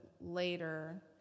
later